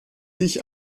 sich